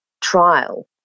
trial